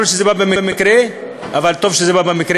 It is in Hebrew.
יכול להיות שזה בא במקרה, אבל טוב שזה בא במקרה,